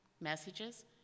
messages